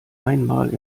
einmal